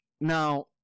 Now